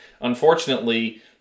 Unfortunately